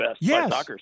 Yes